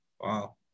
wow